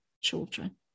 children